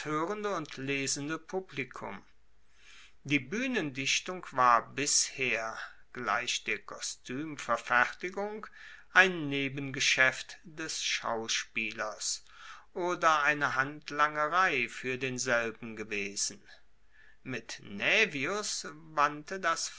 hoerende und lesende publikum die buehnendichtung war bisher gleich der kostuemverfertigung ein nebengeschaeft des schauspielers oder eine handlangerei fuer denselben gewesen mit naevius wandte das